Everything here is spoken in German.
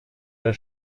der